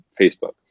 Facebook